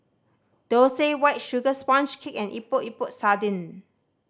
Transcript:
Dosa White Sugar Sponge Cake and Epok Epok Sardin